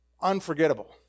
unforgettable